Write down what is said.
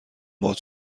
باهات